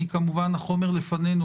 החומר לפנינו,